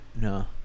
no